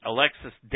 Alexis